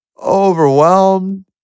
overwhelmed